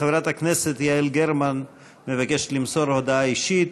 חברת הכנסת יעל גרמן מבקשת למסור הודעה אישית.